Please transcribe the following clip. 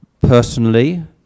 personally